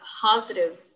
positive